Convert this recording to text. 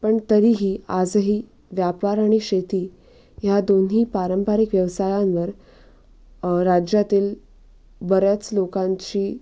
पण तरीही आजही व्यापार आणि शेती ह्या दोन्ही पारंपरिक व्यवसायांवर राज्यातील बऱ्याच लोकांची